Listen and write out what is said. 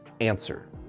answer